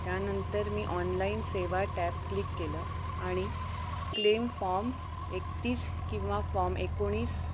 त्यानंतर मी ऑनलाईन सेवा टॅप क्लिक केलं आणि क्लेम फॉम एकतीस किंवा फॉर्म एकोणीस